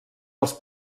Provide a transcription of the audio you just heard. els